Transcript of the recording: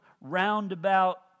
roundabout